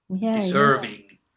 deserving